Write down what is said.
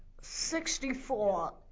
Sixty-four